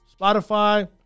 Spotify